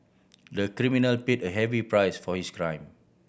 the criminal paid a heavy price for his crime